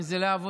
אם זה לעבודה,